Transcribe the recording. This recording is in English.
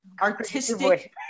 artistic